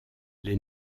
les